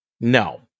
no